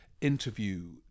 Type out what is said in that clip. interview